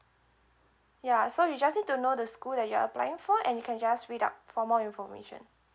ya so you just need to know the school that you are applying for and you can just read up for more information